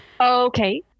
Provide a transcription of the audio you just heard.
okay